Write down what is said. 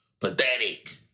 pathetic